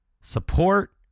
Support